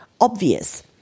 obvious